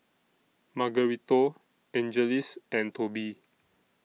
Margarito Angeles and Tobie